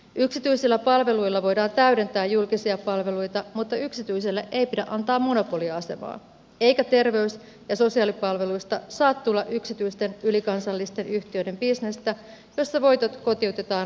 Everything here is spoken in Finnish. yksityisillä palveluilla voidaan täydentää julkisia palveluita mutta yksityiselle ei pidä antaa monopoliasemaa eikä terveys ja sosiaalipalveluista saa tulla yksityisten ylikansallisten yhtiöiden bisnestä jossa voitot kotiutetaan veroparatiiseihin